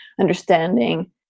understanding